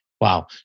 Wow